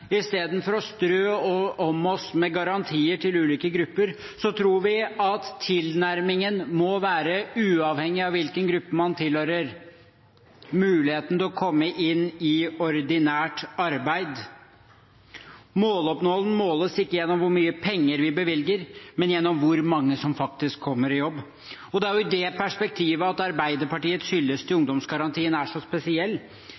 å strø om oss med garantier til ulike grupper tror vi at tilnærmingen må være – uavhengig av hvilken gruppe man tilhører – at det er en mulighet til å komme inn i ordinært arbeid. Måloppnåelse måles ikke gjennom hvor mye penger vi bevilger, men gjennom hvor mange som faktisk kommer i jobb. Det er i dette perspektivet at Arbeiderpartiets